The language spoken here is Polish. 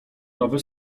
nowy